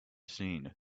seen